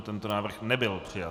Tento návrh nebyl přijat.